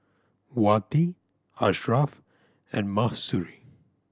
Wati Ashraf and Mahsuri